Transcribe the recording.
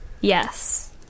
Yes